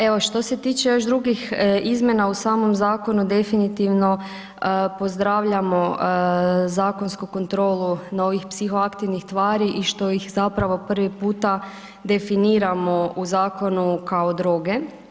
Evo, što se tiče još drugih izmjena u samom zakonu definitivno pozdravljamo zakonsku kontrolu novih psihoaktivnih tvari i što ih zapravo prvi puta definiramo u zakonu kao droge.